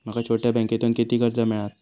माका छोट्या बँकेतून किती कर्ज मिळात?